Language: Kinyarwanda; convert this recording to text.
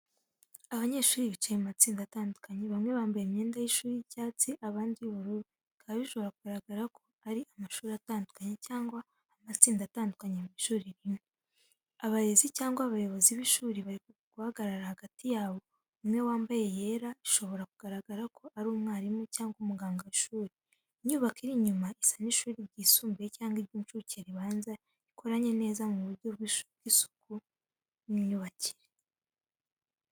Abanyeshuri bicaye mu matsinda atandukanye, bamwe bambaye imyenda y’ishuri y’icyatsi, abandi y’ubururu, bikaba bishobora kugaragaza ko ari amashuri atandukanye cyangwa amatsinda atandukanye mu ishuri rimwe. Abarezi cyangwa abayobozi b’ishuri bari guhagarara hagati yabo, umwe wambaye yera bishobora kugaragaza ko ari umwarimu cyangwa umuganga w’ishuri. Inyubako iri inyuma isa n’ishuri ryisumbuye cyangwa iry’incuke ribanza, rikoranye neza mu buryo bw’isuku n’imyubakire.